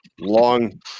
long